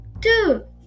two